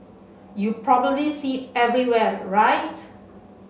you probably see everywhere right